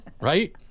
right